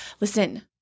listen